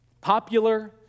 Popular